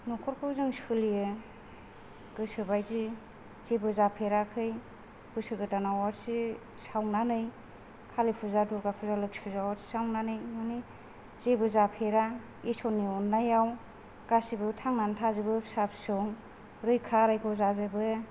न'खरखौ जों सोलियो गोसोबायदि जेबो जाफेराखै बोसोर गोदानाव आवाथि सावनानै कालि फुजा दुर्गा फुजा लोखि फुजा आवाथि सावनानै जेबो जाफेरा इसोरनि अननायाव गासिबो थांनानै थाजोबो फिसा फिसौ रैखा रैग' जाजोबो